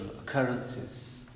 occurrences